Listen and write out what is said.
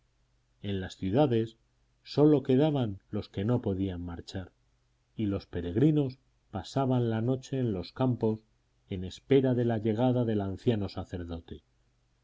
en las ciudades sólo quedaban los que no podían marchar y los peregrinos pasaban la noche en los campos en espera de la llegada del anciano sacerdote